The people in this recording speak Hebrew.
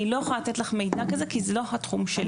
אני לא יכולה לתת לך מידע כזה כי זה לא התחום שלי.